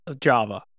Java